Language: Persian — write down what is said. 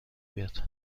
بیاد